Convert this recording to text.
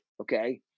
okay